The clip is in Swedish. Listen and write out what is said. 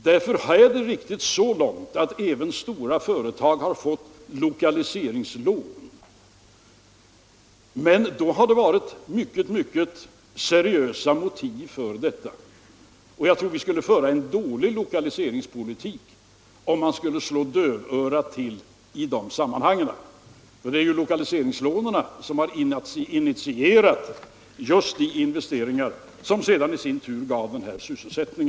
Det är därför riktigt så långt att även stora företag har fått lokaliseringslån, men då har det funnits mycket, mycket seriösa motiv för detta. Jag tror att vi skulle föra en dålig lokaliseringspolitik om vi skulle slå dövörat till i de sammanhangen. Det är ju lokaliseringslånen som har initierat just de investeringar som sedan i sin tur har givit denna sysselsättning.